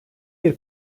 bir